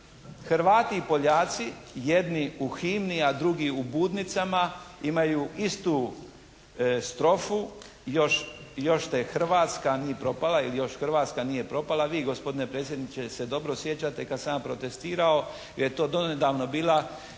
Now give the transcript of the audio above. Hrvati i Poljaci jedni u himni, a drugi u budnicama imaju istu strofu "još te Hrvatska ni propala" ili "još Hrvatska nije propala". Vi gospodine predsjedniče se dobro sjećate kada sam ja protestirao, jer je to donedavno bio